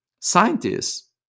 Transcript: scientists